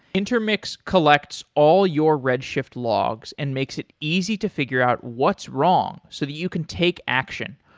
intermix collects all your redshift logs and makes it easy to figure out what's wrong, so that you can take action,